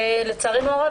ולצערנו הרב,